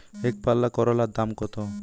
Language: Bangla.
একপাল্লা করলার দাম কত?